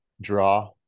draw